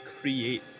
create